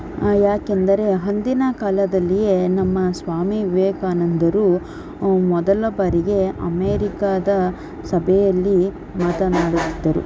ಏಕೆಂದರೆ ಅಂದಿನ ಕಾಲದಲ್ಲಿಯೇ ನಮ್ಮ ಸ್ವಾಮಿ ವಿವೇಕಾನಂದರು ಮೊದಲ ಬಾರಿಗೆ ಅಮೇರಿಕಾದ ಸಭೆಯಲ್ಲಿ ಮಾತನಾಡುತ್ತಿದ್ದರು